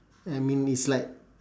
I mean is like